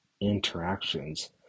interactions